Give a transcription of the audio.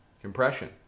Compression